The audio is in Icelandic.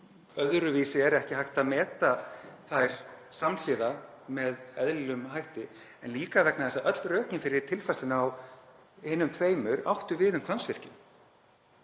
öðruvísi er ekki hægt að meta þær samhliða með eðlilegum hætti en líka vegna þess að öll rökin fyrir tilfærslunni á hinum tveimur áttu við um Hvammsvirkjun.